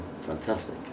fantastic